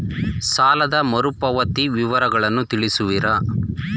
ಸಾಲದ ಮರುಪಾವತಿ ವಿವರಗಳನ್ನು ತಿಳಿಸುವಿರಾ?